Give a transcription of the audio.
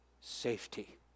safety